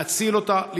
להציל אותה,